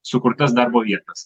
sukurtas darbo vietas